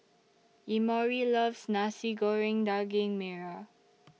Emory loves Nasi Goreng Daging Merah